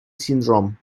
syndrome